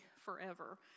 forever